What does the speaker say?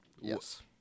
Yes